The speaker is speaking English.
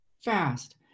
Fast